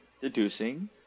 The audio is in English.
deducing